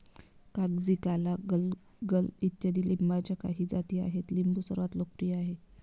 कागजी, काला, गलगल इत्यादी लिंबाच्या काही जाती आहेत लिंबू सर्वात लोकप्रिय आहे